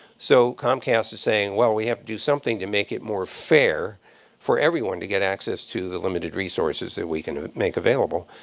so comcast is saying, well, we have to do something to make it more fair for everyone to get access to the limited resources that we can make available.